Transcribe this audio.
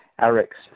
Eric's